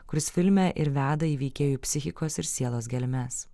kuris filme ir veda į veikėjų psichikos ir sielos gelmes